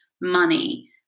money